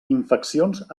infeccions